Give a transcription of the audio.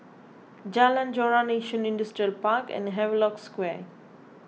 Jalan Joran Yishun Industrial Park and Havelock Square